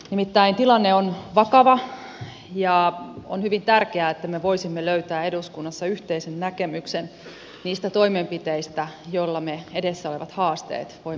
nimittäin tilanne on vakava ja on hyvin tärkeää että me voisimme löytää eduskunnassa yhteisen näkemyksen niistä toimenpiteistä joilla me edessä olevat haasteet voimme voittaa